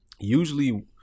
usually